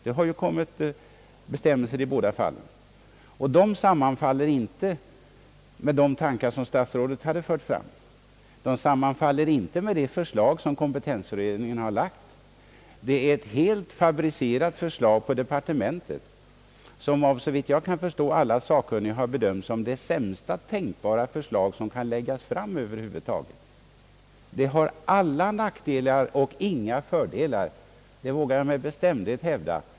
Det har ju utfärdats bestämmelser i båda fallen. Och de sammanfaller inte med de tankar som statsrådet hade fört fram, inte heller med det förslag som kompetensutredningen har framlagt. Det är ett förslag som helt fabricerats på departementet och som, såvitt jag kan förstå, av alla sakkunniga bedömts som det sämsta tänkbara förslag som över huvud taget kunnat läggas fram. Det har alla nackdelar och inga fördelar — det vågar jag med bestämdhet hävda.